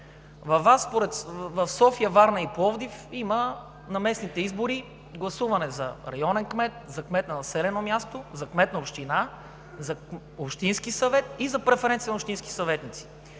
въпрос: в София, Варна и Пловдив на местните избори има гласуване за районен кмет, за кмет на населено място, за кмет на община, за общински съвет и за преференции на общински съветници.